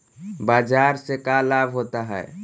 बाजार से का लाभ होता है?